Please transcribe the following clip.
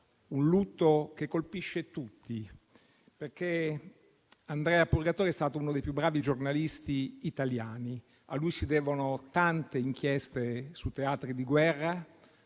un lutto che colpisce tutti, perché Andrea Purgatori è stato uno dei più bravi giornalisti italiani. A lui si devono tante inchieste su teatri di guerra,